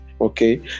okay